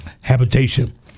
habitation